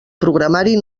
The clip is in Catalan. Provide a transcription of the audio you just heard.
programari